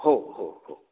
हो हो हो